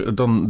dan